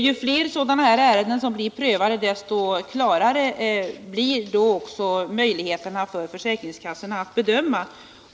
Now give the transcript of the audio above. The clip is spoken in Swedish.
Ju fler sådana ärenden som blir prövade, desto större blir också möjligheterna för försäkringskassorna att göra sina bedömningar.